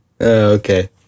Okay